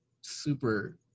Super